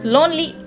Lonely